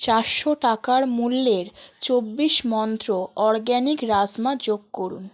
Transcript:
চারশো টাকা মূল্যের চব্বিশ মন্ত্র অরগ্যানিক রাজমা যোগ করুন